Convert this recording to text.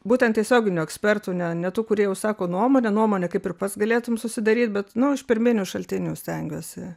būtent tiesioginių ekspertų ne ne tų kurie jau sako nuomonę nuomonę kaip ir pats galėtum susidaryt bet iš pirminių šaltinių stengiuosi